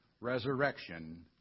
resurrection